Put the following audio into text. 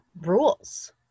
rules